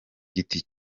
giti